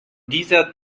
dieser